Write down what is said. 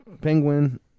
Penguin